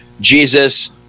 Jesus